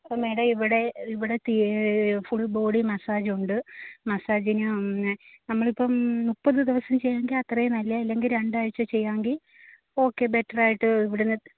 അപ്പോൾ മേഡം ഇവിടെ ഇവിടെ തി ഫുള് ബോഡി മസാജൊണ്ട് മസാജിന് പിന്നെ നമ്മളിപ്പം മുപ്പത് ദിവസം ചെയ്യാമെങ്കിൽ അത്രയും നല്ലതാണ് ഇല്ലെങ്കിൽ രണ്ടാഴ്ച്ച ചെയ്യാമെങ്കിൽ ഓക്കെ ബെറ്ററായിട്ട് ഇവിടുന്ന്